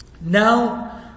Now